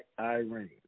Iran